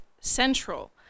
central